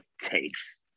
takes